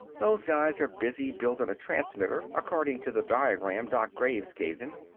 those guys are busy buildin' a transmitter according to the diagram doc graves gave them.